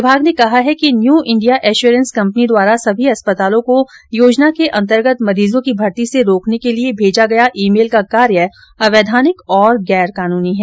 विमाग ने कहा है कि न्यू इंडिया एश्योरेंस कंपनी द्वारा सभी अस्पतालों को योजना के अंतर्गत मरीजों की मर्ती से रोकने के लिये मेजा गया ई मेल का कार्य अवैधानिक और गैरकानूनी हैं